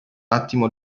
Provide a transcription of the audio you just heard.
attimo